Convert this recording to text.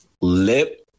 lip